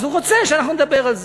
אז הוא רוצה שאנחנו נדבר על זה,